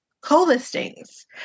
co-listings